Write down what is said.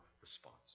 response